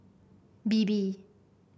Bebe